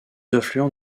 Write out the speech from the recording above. affluent